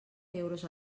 euros